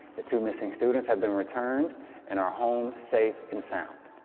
the two missing students have been returned and are home safe and sound.